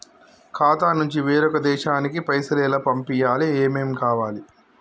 ఖాతా నుంచి వేరొక దేశానికి పైసలు ఎలా పంపియ్యాలి? ఏమేం కావాలి?